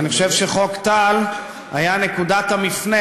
אני חושב שחוק טל היה נקודת המפנה,